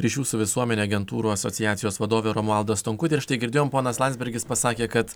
ryšių su visuomene agentūrų asociacijos vadovė romualda stonkutė ir štai girdėjom ponas landsbergis pasakė kad